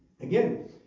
Again